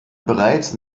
bereits